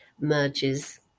merges